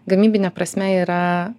gamybine prasme yra